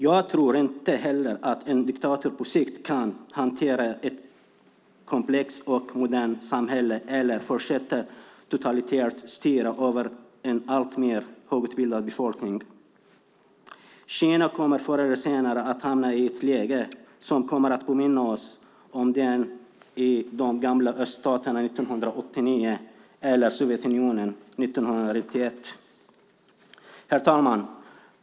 Jag tror inte heller att en diktatur på sikt kan hantera ett komplext och modernt samhälle eller fortsätta att totalitärt styra över en alltmer högutbildad befolkning. Kina kommer förr eller senare att hamna i ett läge som kommer att påminna om den i de gamla öststaterna 1989 eller Sovjetunionen 1991. Herr talman!